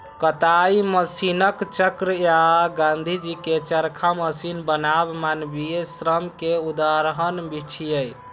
कताइ मशीनक चक्र आ गांधीजी के चरखा मशीन बनाम मानवीय श्रम के उदाहरण छियै